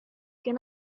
can